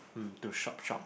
mm to shop shop